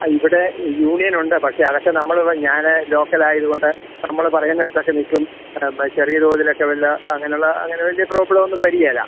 ആ ഇവിടെ യൂണിയൻ ഉണ്ട് പക്ഷേ അതൊക്കെ നമ്മളിത് ഞാൻ ലോക്കലായതുകൊണ്ട് നമ്മൾ പറയുന്നിടത്തൊക്കെ നിൽക്കും നമ്മൾ ചെറിയ തോതിലൊക്കെ വല്ല അങ്ങനെയുള്ള അങ്ങനെ വല്യ പ്രോബ്ലം ഒന്നും വരുകയില്ല